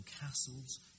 castles